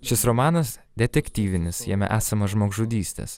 šis romanas detektyvinis jame esama žmogžudystės